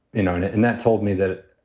you know. and and that told me that,